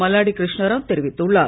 மல்லாடி கிருஷ்ணா ராவ் தெரிவித்துள்ளார்